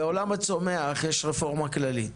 בעולם הצומח יש רפורמה כללית,